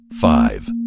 five